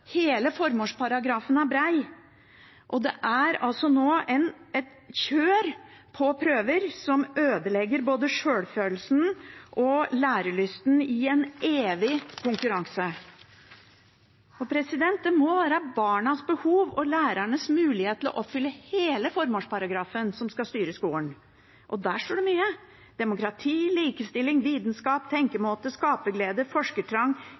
Hele formålsparagrafen er bred, og det er nå et kjør på prøver som ødelegger både sjølfølelsen og lærelysten i en evig konkurranse. Det må være barnas behov og lærernes mulighet til å oppfylle hele formålsparagrafen som skal styre skolen. Og der står det mye: demokrati, likestilling, vitenskap, tenkemåte, skaperglede, forskertrang,